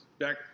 Back